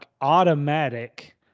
Automatic